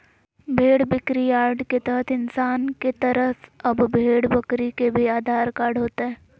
भेड़ बिक्रीयार्ड के तहत इंसान के तरह अब भेड़ बकरी के भी आधार कार्ड होतय